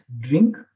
drink